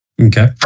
okay